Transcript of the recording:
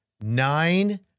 nine